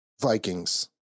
Vikings